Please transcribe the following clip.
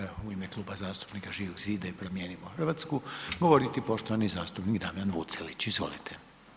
Sljedeći će u ime Kluba zastupnika Živog zida i Promijenimo Hrvatsku govoriti poštovani zastupnik Damjan Vucelić, izvolite.